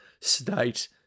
state